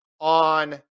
On